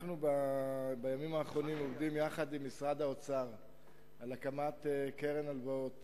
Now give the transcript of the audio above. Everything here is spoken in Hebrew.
בימים האחרונים אנחנו עובדים עם משרד האוצר על הקמת קרן הלוואות